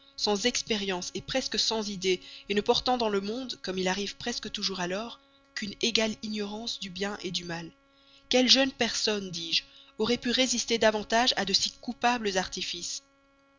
sans expérience presque sans idées ne portant dans le monde comme il arrive presque toujours alors qu'une égale ignorance du bien du mal quelle jeune personne dis-je aurait pu résister davantage à de si coupables artifices